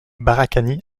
barakani